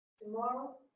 Tomorrow